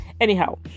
anyhow